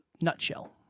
nutshell